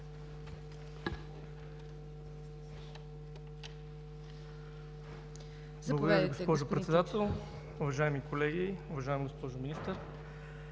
Благодаря Ви, госпожо Председател. Уважаеми колеги, уважаема госпожо Министър!